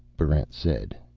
barrent said.